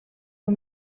nur